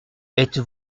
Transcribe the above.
êtes